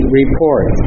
report